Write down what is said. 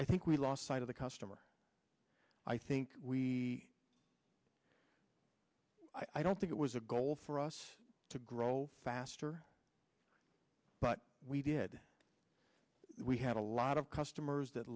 i think we lost sight of the customer i think we i don't think it was a goal for us to grow faster but we did we had a lot of customers that